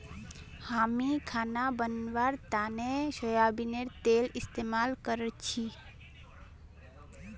हामी खाना बनव्वार तने सोयाबीनेर तेल इस्तेमाल करछी